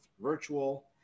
virtual